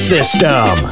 System